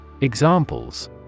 Examples